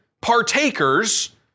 partakers